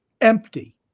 empty